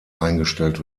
eingestellt